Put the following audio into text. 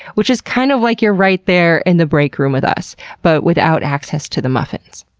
which is kind of like you're right there in the breakroom with us but without access to the muffins.